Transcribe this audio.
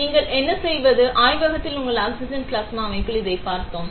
நீங்கள் என்ன செய்வது ஆய்வகத்தில் உள்ள ஆக்ஸிஜன் பிளாஸ்மா அமைப்பில் இதைப் பார்த்தோம்